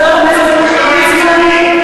חבר הכנסת ליצמן.